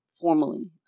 formally